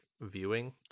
Viewing